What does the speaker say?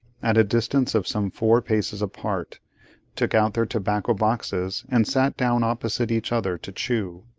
at a distance of some four paces apart took out their tobacco-boxes and sat down opposite each other, to chew.